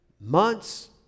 months